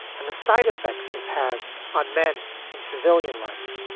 and the side effects this has on men in civilian life.